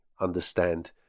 understand